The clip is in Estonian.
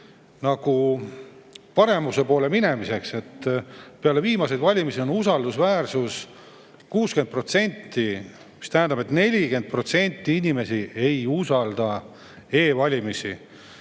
nagu paremuse poole minemist. Peale viimaseid valimisi on usaldusväärsus 60%, mis tähendab, et 40% inimesi ei usalda e‑valimisi.